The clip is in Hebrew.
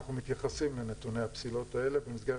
אנחנו מתייחסים לנתוני הפסילות האלה במסגרת